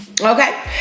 okay